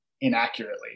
inaccurately